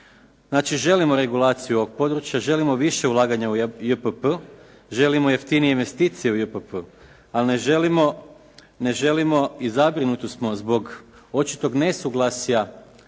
Znači želimo regulaciju ovog područja želimo više ulaganja JPP, želimo jeftinije investicije u JPP, ali ne želimo, ne želimo i zabrinuti smo zbog očitog nesuglasja